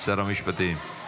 שר המשפטים.